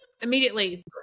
Immediately